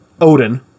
Odin